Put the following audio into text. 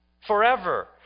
forever